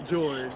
joy